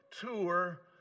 tour